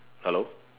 hello